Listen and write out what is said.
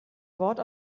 wort